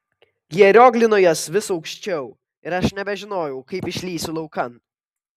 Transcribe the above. jie rioglino jas vis aukščiau ir aš nebežinojau kaip išlįsiu laukan